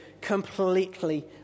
completely